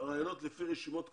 ראיונות לפי רשימות קיימות?